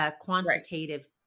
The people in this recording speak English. quantitative